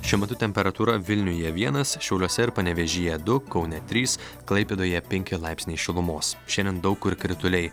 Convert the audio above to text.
šiuo metu temperatūra vilniuje vienas šiauliuose ir panevėžyje du kaune trys klaipėdoje penki laipsniai šilumos šiandien daug kur krituliai